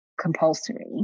compulsory